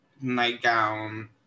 nightgown